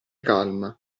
calma